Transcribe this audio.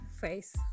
face